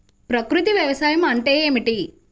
ప్రకృతి వ్యవసాయం అంటే ఏమిటి?